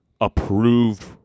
approved